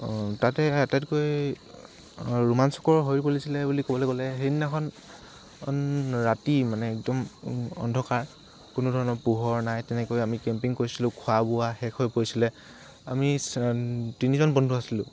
তাতে আটাইতকৈ ৰোমাঞ্চকৰ হৈ পৰিছিলে বুলি ক'বলৈ গ'লে সেইদিনাখন ৰাতি মানে একদম অন্ধকাৰ কোনো ধৰণৰ পোহৰ নাই তেনেকৈ আমি কেম্পিং কৰিছিলোঁ খোৱা বোৱা শেষ হৈ গৈছিলে আমি চন তিনিজন বন্ধু আছিলোঁ